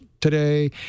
today